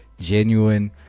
genuine